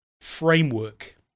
Framework